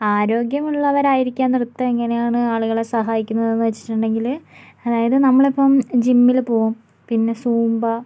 ആരോഗ്യമുള്ളവരായിരിക്കാൻ നൃത്തം എങ്ങനെയാണ് ആളുകളെ സഹായിക്കുന്നത് എന്നു വച്ചിട്ടുണ്ടെങ്കിൽ അതായത് നമ്മളിപ്പം ജിമ്മിൽ പോവും പിന്നെ സൂംബ